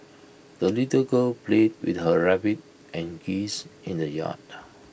the little girl played with her rabbit and geese in the yard